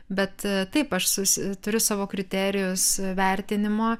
bet taip aš susi turiu savo kriterijus vertinimo